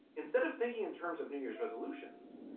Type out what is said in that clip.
instead of thinking in terms of new year's resolutions,